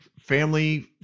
family